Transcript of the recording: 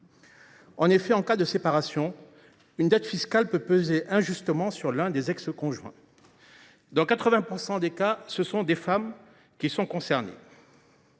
En effet, en cas de séparation, une dette fiscale peut peser injustement sur l’un des ex conjoints. Dans 80 % des cas, ce sont des femmes qui sont concernées.